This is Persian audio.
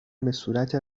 بهصورت